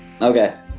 Okay